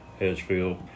Hedgefield